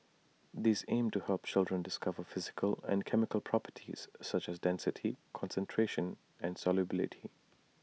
these aim to help children discover physical and chemical properties such as density concentration and solubility